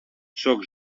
sóc